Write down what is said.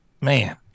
man